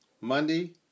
Monday